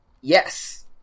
Yes